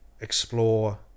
explore